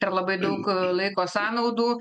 ir labai daug laiko sąnaudų